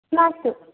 मास्तु